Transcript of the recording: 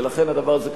ולכן הדבר הזה,